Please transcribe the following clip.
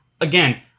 again